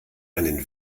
einen